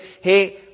hey